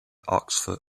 oxford